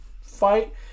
fight